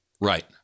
Right